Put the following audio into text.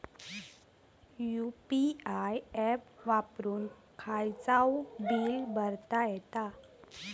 UPI app वापरून खायचाव bill भरता येता